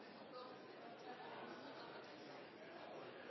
vi må